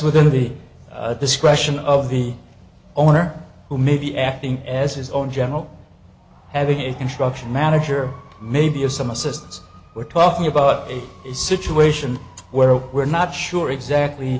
within the discretion of the owner who may be acting as his own general having a construction manager may be of some assistance we're talking about a situation where oh we're not sure exactly